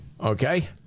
Okay